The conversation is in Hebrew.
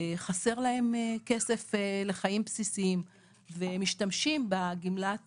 חסר להם כסף לחיים בסיסיים והם משתמשים בגמלת